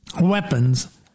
weapons